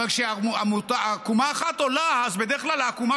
אבל כשעקומה אחת עולה אז בדרך כלל העקומה